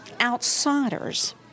outsider's